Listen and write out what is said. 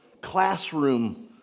classroom